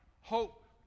hope